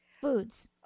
Foods